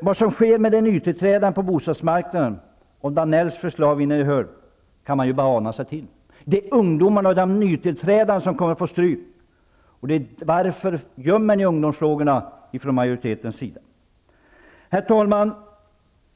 Vad som sker med de nytillträdande på bostadsmarknaden om Danells förslag vinner gehör kan man bara ana sig till. Det är ungdomarna och de nytillträdande som kommer att få stryk. Varför gömmer ni från majoritetens sida ungdomsfrågorna? Herr talman!